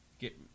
get